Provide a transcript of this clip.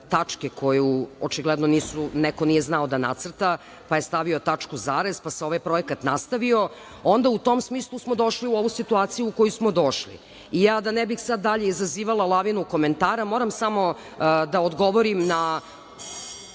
koju očigledno neko nije znao da nacrta, pa je stavio tačku zarez, pa se ovaj projekat nastavio, onda u tom smislu smo došli u ovu situaciju u koju smo došli.I ja da ne bih sad dalje izazivala lavinu komentara, moram samo da odgovorim na